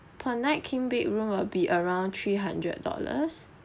per night king bedroom will be around three hundred dollars